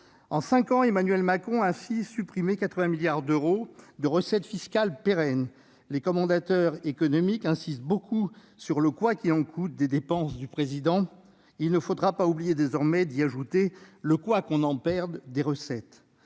En cinq années, Emmanuel Macron a ainsi supprimé 80 milliards d'euros de recettes fiscales pérennes. Les commentateurs économiques insistent beaucoup sur le « quoi qu'il en coûte » des dépenses du Président. Il ne faudra pas oublier désormais d'y ajouter le « quoi qu'on en perde » des recettes